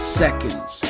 seconds